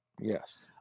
Yes